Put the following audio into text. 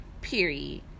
Period